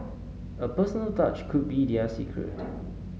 a personal touch could be their secret